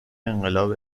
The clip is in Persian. انقلاب